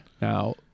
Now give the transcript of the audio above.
now